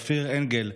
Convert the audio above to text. אופיר אנגל,